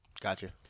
Gotcha